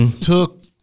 took